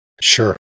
Sure